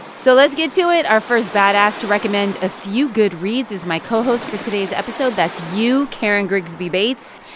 so let's get to it. our first badass to recommend a few good reads is my cohost for today's episode. that's you, karen grigsby bates.